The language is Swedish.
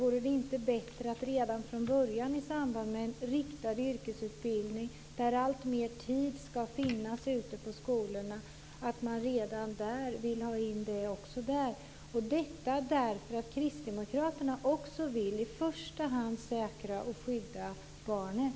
Vore det inte bättre att redan från början, i samband med en riktad yrkesutbildning, där alltmer tid ska tillbringas ute på skolorna, begära in detta intyg? Jag frågar detta därför att kristdemokraterna också i första hand vill säkra och skydda barnet.